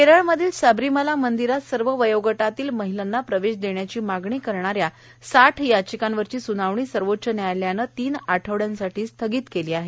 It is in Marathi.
केरळातल्या सबरीमाला मंदिरात सर्व वयोगटातल्या महिलांना प्रवेश दयायची मागणी करणाऱ्या याचिकांवरची सूनावणी सर्वोच्च न्यायालयानं तीन आठवडयांसाठी स्थगित केली आहे